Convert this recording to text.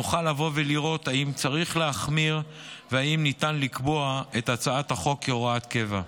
נוכל לראות אם צריך להחמיר ואם ניתן לקבוע את הצעת החוק כהוראת קבע.